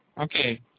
Okay